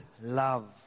love